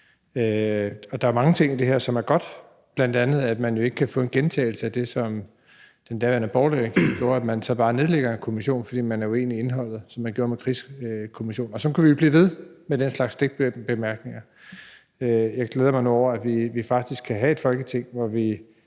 Der er jo mange ting i det her, som er gode, bl.a. at man ikke kan få en gentagelse af det, som den daværende borgerlige regering gjorde, altså at man så bare nedlægger en kommission, fordi man er uenig i indholdet, sådan som man gjorde med krigskommissionen, og sådan kunne vi jo blive ved med den slags bemærkninger. Jeg glæder mig nu over, at vi faktisk kan have et Folketing, hvor vi,